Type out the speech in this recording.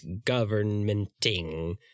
governmenting